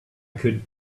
could